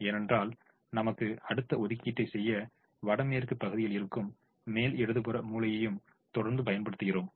ஏனென்றால் நமக்கு அடுத்த ஒதுக்கீட்டைச் செய்ய வடமேற்கு பகுதியில் இருக்கும் மேல் இடது புற மூலையையும் தொடர்ந்து பயன்படுத்துகிறோம்